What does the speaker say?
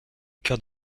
cœur